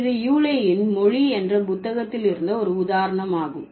இது யூலேயின்Yule's மொழி என்ற புத்தகத்திலிருந்த ஒரு உதாரணம் ஆகும்